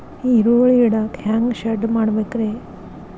ಈರುಳ್ಳಿ ಇಡಾಕ ಹ್ಯಾಂಗ ಶೆಡ್ ಮಾಡಬೇಕ್ರೇ?